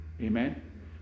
Amen